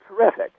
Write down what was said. terrific